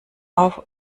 auf